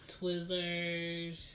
Twizzlers